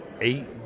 eight